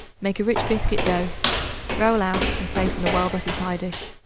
make a rich biscuit dough roll out and place on a well-buttered pie-dish.